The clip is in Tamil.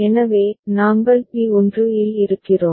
எனவே நாங்கள் பி 1 இல் இருக்கிறோம்